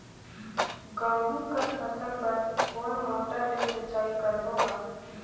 गहूं कर फसल बर कोन मोटर ले सिंचाई करबो गा?